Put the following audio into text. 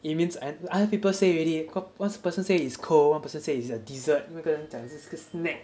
it means tha~ other people say already got one person say it's cold one person say it's dessert 那个人讲这个是 snack